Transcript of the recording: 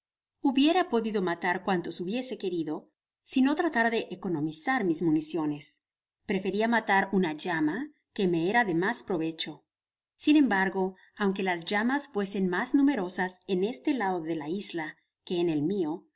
hubiera podido matar cuanto hubiese querido sino tratara de economizar mis municiones preferia matar una llama queme era de mas provecho sin embargo aunque las llamas fuesen mas numerosas en este lado de la isla que en el mio